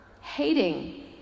Hating